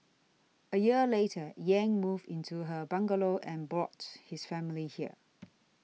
a year later Yang moved into her bungalow and brought his family here